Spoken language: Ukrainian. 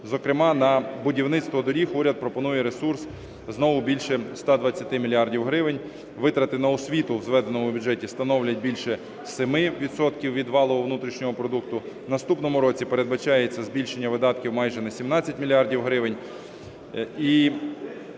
Зокрема на будівництво доріг уряд пропонує ресурс знову більше 120 мільярдів гривень. Витрати на освіту в зведеному бюджеті становлять більше 7 відсотків від валового внутрішнього продукту. В наступному році передбачається збільшення видатків майже на 7 мільярдів